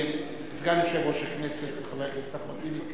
סגן יושב-ראש הכנסת וחבר הכנסת אחמד טיבי,